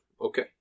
Okay